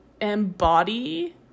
embody